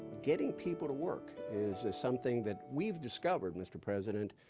getting people to work is something that we've discovered, mr. president,